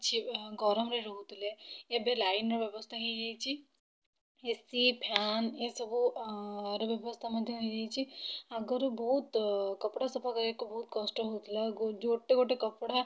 କିଛି ଗରମରେ ରହୁଥିଲେ ଏବେ ଲାଇନ୍ ର ବ୍ୟବସ୍ତା ହେଇଯାଇଛି ଏସି ଫ୍ୟାନ୍ ଏସବୁର ବ୍ୟବସ୍ତା ମଧ୍ୟ ହେଇଯାଇଛି ଆଗରୁ ବହୁତ କପଡ଼ା ସଫା କରିବାକୁ ବହୁତ କଷ୍ଟ ହେଉଥିଲା ଗୋଟେ ଗୋଟେ କପଡ଼ା